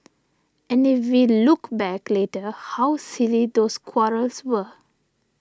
and if we look back later how silly those quarrels were